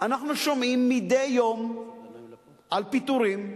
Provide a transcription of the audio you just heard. אנחנו שומעים מדי יום על פיטורים,